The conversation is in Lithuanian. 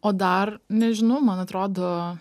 o dar nežinau man atrodo